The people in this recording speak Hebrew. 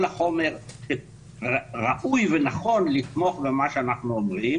החומר שראוי ונכון לתמוך במה שאנחנו אומרים